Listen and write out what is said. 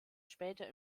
später